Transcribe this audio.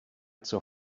zur